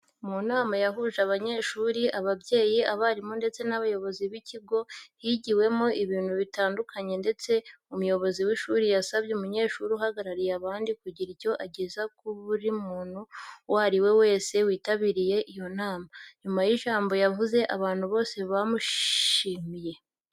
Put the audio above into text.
Mu nama yahuje abanyeshuri, ababyeyi, abarimu ndetse n'abayobozi b'ikigo higiwemo ibintu bitandukanye ndetse umuyobozi w'ishuri yasabye umunyeshuri uhagarariye abandi kugira icyo ageza kuri buri muntu uwo ari we wese witabiriye iyo nama. Nyuma y'ijambo yavuze abantu bose bamushimiye.